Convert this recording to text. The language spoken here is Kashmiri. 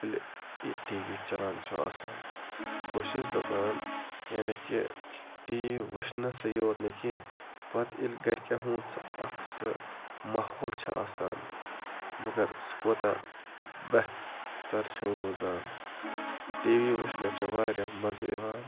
ییٚلہِ یہِ ٹی وی چَلان چھُ آسان بہٕ چھُس دَپان یعنی کہِ ٹی وی وٕچھنَسٕے یوت نہٕ کیٚنٛہہ پَتہٕ ییٚلہِ گَرِکٮ۪ن ہُنٛد سُہ اَکھ سُہ ماحول چھِ آسان مگر سُہ کوتاہ بہتَر چھُ روزان ٹی وی وٕچھنَس چھِ واریاہ مَزٕ یِوان